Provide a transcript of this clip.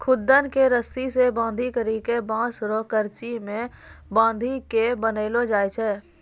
खुद्दन के रस्सी से बांधी करी के बांस रो करची मे बांधी के बनैलो जाय छै